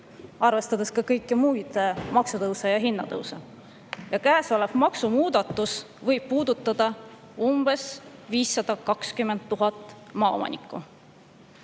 tuleb ju ka kõiki muid maksutõuse ja hinnatõuse. Käesolev maksumuudatus võib puudutada umbes 520 000 maaomanikku.